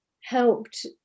helped